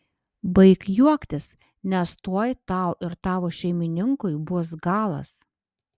baik juoktis nes tuoj tau ir tavo šeimininkui bus galas